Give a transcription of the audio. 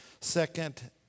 second